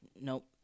Nope